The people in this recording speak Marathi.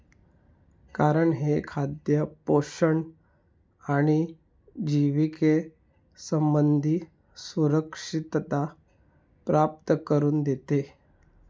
कारण हे खाद्य पोषण आणि जिविके संबंधी सुरक्षितता प्राप्त करून देते